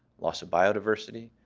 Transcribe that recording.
loss of biodiversity,